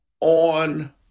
on